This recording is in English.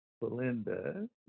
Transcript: Belinda